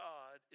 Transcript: God